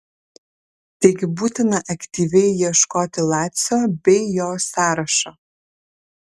taigi būtina aktyviai ieškoti lacio bei jo sąrašo